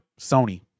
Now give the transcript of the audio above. sony